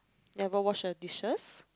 never wash her dishes